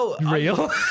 real